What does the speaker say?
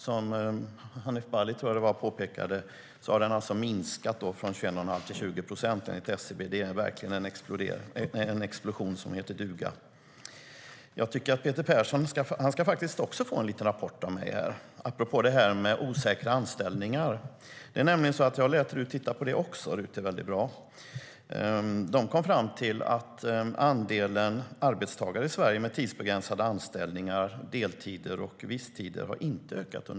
Som Hanif Bali påpekade har den minskat från 21 1⁄2 till 20 procent, enligt SCB. Det är verkligen en explosion som heter duga. Peter Persson ska faktiskt också få en liten rapport av mig, apropå detta med osäkra anställningar. Det är nämligen så att jag har låtit RUT titta också på detta - RUT är väldigt bra.